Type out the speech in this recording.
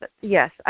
yes